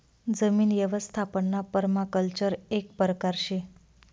जमीन यवस्थापनना पर्माकल्चर एक परकार शे